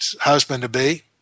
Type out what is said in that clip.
husband-to-be